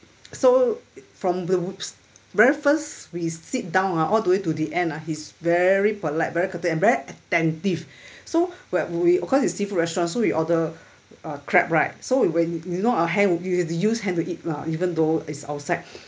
so from the whoops very first we sit down ah all the way to the end lah he's very polite very courteous very attentive so where we because it's a seafood restaurant so we order a crab right so we when you know our hand would you have to use hand to eat lah even though it's outside